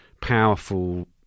powerful